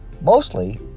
Mostly